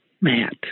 Matt